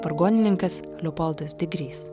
vargonininkas leopoldas digrys